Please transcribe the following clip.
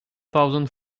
thousand